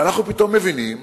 ואנחנו פתאום מבינים